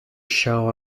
show